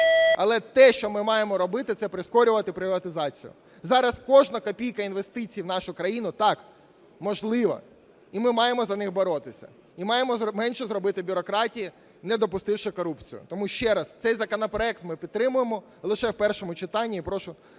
Але те, що ми маємо робити – це прискорювати приватизацію. Зараз кожна копійка інвестицій в нашу країну, так, можлива, і ми маємо за них боротися. Ми маємо менше зробити бюрократії, не допустивши корупції. Тому, ще раз, цей законопроект ми підтримуємо лише в першому читанні